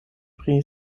pri